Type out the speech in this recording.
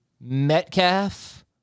Metcalf